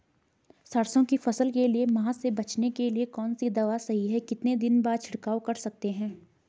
सरसों की फसल के लिए माह से बचने के लिए कौन सी दवा सही है कितने दिन बाद छिड़काव कर सकते हैं?